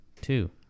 two